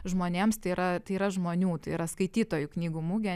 žmonėms tai yra tai yra žmonių tai yra skaitytojų knygų mugė